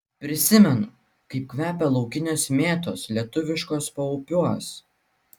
prisimenu kaip kvepia laukinės mėtos lietuviškuos paupiuos